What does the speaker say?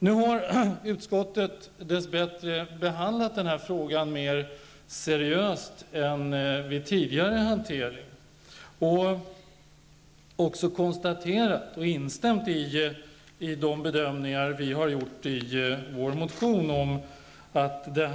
Nu har utskottet dess bättre behandlat den här frågan mer seriöst än vid tidigare hantering. Utskottet har också instämt i de bedömningar vi har gjort i vår motion om att det